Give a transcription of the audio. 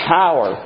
power